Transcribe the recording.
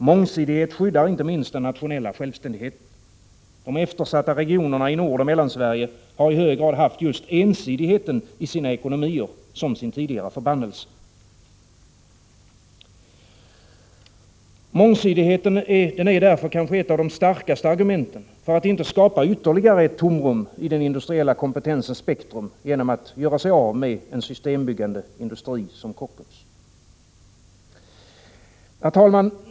Mångsidighet skyddar inte minst den nationella självständigheten. De eftersatta regionerna i Nordoch Mellansverige har i hög grad haft just ensidigheten i sina ekonomier som sin tidigare förbannelse. Mångsidigheten är därför ett av de kanske starkaste argumenten för att inte skapa ytterligare ett tomrum i den industriella kompetensens spektrum genom att göra sig av med en systembyggande industri som Kockums. Herr talman!